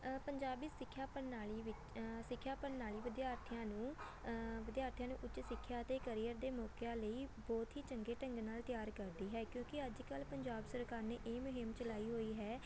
ਪੰਜਾਬੀ ਸਿੱਖਿਆ ਪ੍ਰਣਾਲੀ ਵਿੱਚ ਸਿੱਖਿਆ ਪ੍ਰਣਾਲੀ ਵਿਦਿਆਰਥੀਆਂ ਨੂੰ ਵਿਦਿਆਰਥੀਆਂ ਨੂੰ ਉੱਚ ਸਿੱਖਿਆ ਅਤੇ ਕਰੀਅਰ ਦੇ ਮੌਕਿਆਂ ਲਈ ਬਹੁਤ ਹੀ ਚੰਗੇ ਢੰਗ ਨਾਲ ਤਿਆਰ ਕਰਦੀ ਹੈ ਕਿਉਂਕਿ ਅੱਜ ਕੱਲ੍ਹ ਪੰਜਾਬ ਸਰਕਾਰ ਨੇ ਇਹ ਮੁਹਿੰਮ ਚਲਾਈ ਹੋਈ ਹੈ